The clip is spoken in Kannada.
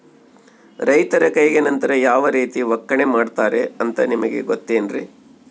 ರೈತರ ಕೈಗೆ ನಂತರ ಯಾವ ರೇತಿ ಒಕ್ಕಣೆ ಮಾಡ್ತಾರೆ ಅಂತ ನಿಮಗೆ ಗೊತ್ತೇನ್ರಿ?